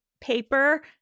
paper